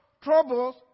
troubles